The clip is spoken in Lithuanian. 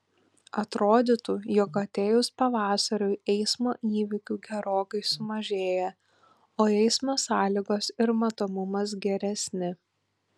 atrodytų jog atėjus pavasariui eismo įvykių gerokai sumažėja o eismo sąlygos ir matomumas geresni